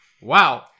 Wow